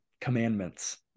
commandments